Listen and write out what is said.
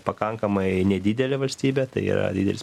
pakankamai nedidelė valstybė tai yra didelis